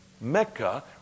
Mecca